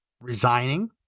resigning